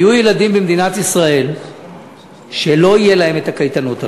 יהיו ילדים במדינת ישראל שלא יהיו להם הקייטנות הללו,